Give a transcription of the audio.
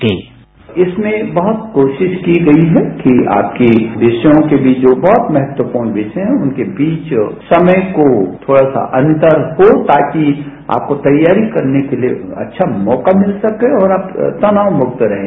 bite इसमें बहुत कोशिश की गई है कि आपके विषयों के बीच जो बहुत महत्वपूर्ण विषय हैं उनके बीच समय को थोड़ा सा अंतर हो ताकि आपको तैयारी करने के लिए अच्छा मौका मिल सके और आप तनाव मुक्त रहें